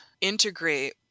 integrate